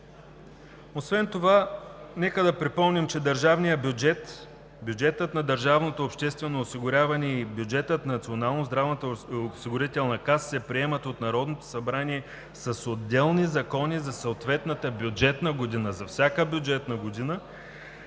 Освен това, нека да припомним, че държавният бюджет, бюджетът на държавното обществено осигуряване и бюджетът на Националната здравноосигурителна каса се приемат от Народното събрание с отделни закони за съответната бюджетна година – за всяка бюджетна година,